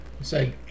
say